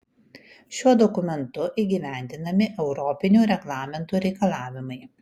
šiuo dokumentu įgyvendinami europinių reglamentų reikalavimai